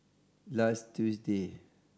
last Tuesday